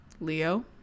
Leo